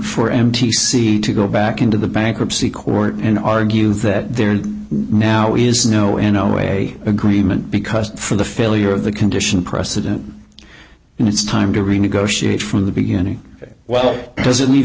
for m t c to go back into the bankruptcy court and argue that there now is no in no way agreement because for the failure of the condition precedent and it's time to renegotiate from the beginning well doesn't eve